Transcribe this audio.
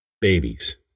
babies